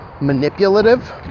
manipulative